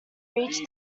reached